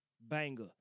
banger